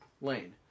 lane